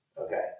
Okay